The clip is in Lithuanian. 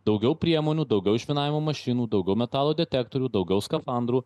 daugiau priemonių daugiau išminavimo mašinų daugiau metalo detektorių daugiau skafandrų